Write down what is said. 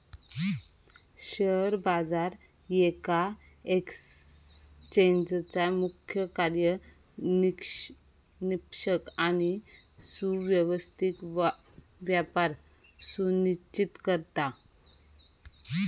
share बाजार येका एक्सचेंजचा मुख्य कार्य निष्पक्ष आणि सुव्यवस्थित व्यापार सुनिश्चित करता